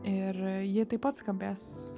ir ji taip pat skambės